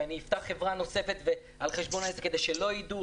שאפתח חברה נוספת על חשבון העסק כדי שלא ידעו?